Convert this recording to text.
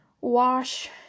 Wash